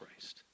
Christ